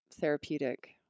therapeutic